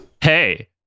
Hey